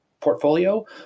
portfolio